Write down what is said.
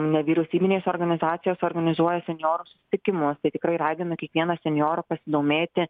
nevyriausybinės organizacijos organizuoja senjorų susitikimus tai tikrai raginu kiekvieną senjorą pasidomėti